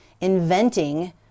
inventing